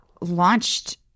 launched